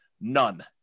None